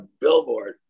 billboard